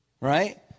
Right